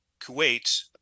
Kuwait